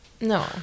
no